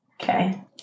Okay